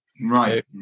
right